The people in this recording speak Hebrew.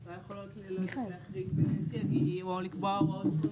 אולי יכולות להיות החרגות של סייגים או לקבוע הוראות קונקרטיות,